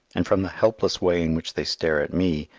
and from the helpless way in which they stare at me,